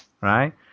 right